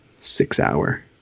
six-hour